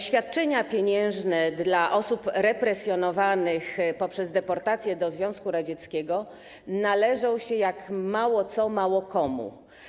Świadczenia pieniężne dla osób represjonowanych poprzez deportację do Związku Radzieckiego należą się jak mało co mało komu.